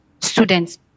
students